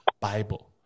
Bible